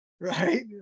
right